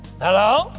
Hello